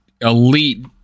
elite